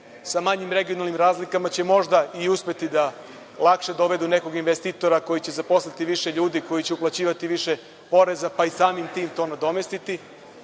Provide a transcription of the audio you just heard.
sa manjim regionalnim razlikama možda će i uspeti da lakše dovedu nekog investitora koji će zaposliti više ljudi, koji će uplaćivati više poreza, pa i samim tim to nadomestiti. Postoji